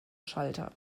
schalter